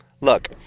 look